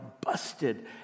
busted